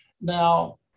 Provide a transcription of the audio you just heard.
Now